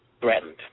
threatened